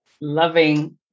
loving